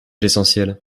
l’essentiel